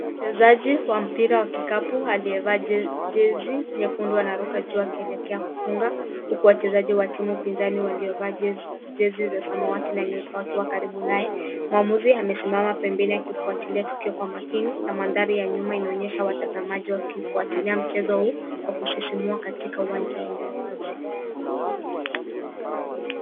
Mchezaji wa mpira wa kikapu aliyevaa jezi nyekundu anaruka juu akielekea kufunga, huku mchezaji wa timu pinzani waliovaa jezi za samawati na nyeupe wakiwa karibu naye. Mwamuzi amesimama pembeni akifuatilia tukio kwa makini na mandhari ya nyuma inaonyesha watazamaji wakifuatilia mchezo huu kwa kuzizimua katika uwanja wa wazi.